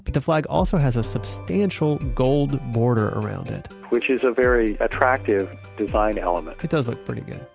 but the flag also has a substantial gold border around it which is a very attractive design element it does look pretty good.